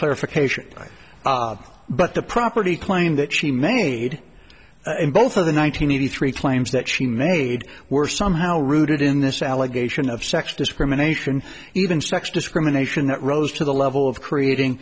clarification but the property claim that she made in both of the nine hundred eighty three claims that she made were somehow rooted in this allegation of sex discrimination even sex discrimination that rose to the level of creating